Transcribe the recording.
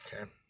Okay